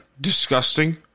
disgusting